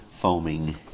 foaming